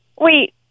Wait